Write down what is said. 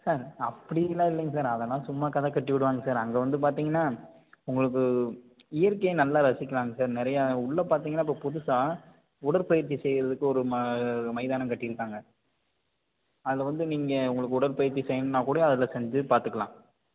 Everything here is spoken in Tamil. சார் அப்படிலாம் இல்லைங்க சார் அதெல்லாம் சும்மா கதைக்கட்டி விடுவாங்க சார் அங்கே வந்து பார்த்தீங்கன்னா உங்களுக்கு இயற்கையை நல்லா ரசிக்கலாங்க சார் நிறையா உள்ளே பார்த்தீங்கன்னா இப்போ புதுசாக உடற்பயிற்சி செய்யறதுக்கு ஒரு ம மைதானம் கட்டியிருக்காங்க அதில் வந்து நீங்கள் உங்களுக்கு உடற்பயிற்சி செய்யணும்னா கூட அதில் செஞ்சு பார்த்துக்கலாம்